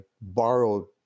borrowed